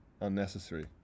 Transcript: unnecessary